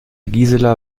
gisela